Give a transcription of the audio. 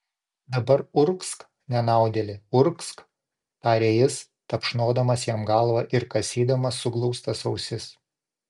dabar urgzk nenaudėli urgzk tarė jis tapšnodamas jam galvą ir kasydamas suglaustas ausis